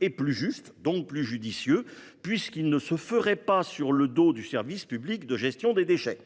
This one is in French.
est plus juste, et donc plus judicieux, puisqu'il ne se ferait pas sur le dos du service public de gestion des déchets.